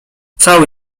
cały